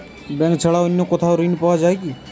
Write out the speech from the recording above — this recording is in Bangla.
ব্যাঙ্ক ছাড়া অন্য কোথাও ঋণ পাওয়া যায় কি?